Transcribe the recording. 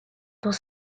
dans